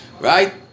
right